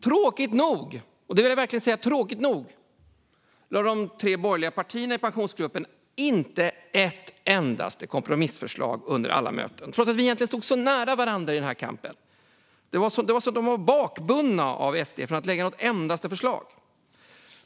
Tråkigt nog lade de tre borgerliga partierna i Pensionsgruppen inte ett endaste kompromissförslag under alla möten, trots att vi egentligen stod så nära varandra i kampen. De var bakbundna av SD från att lägga fram ett endaste förslag.